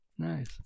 Nice